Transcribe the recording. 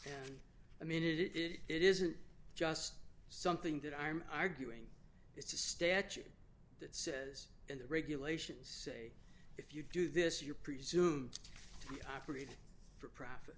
and i mean it it isn't just something that i'm arguing it's a statute that says in the regulations say if you do this you're presumed to be operating for profit